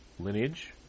Lineage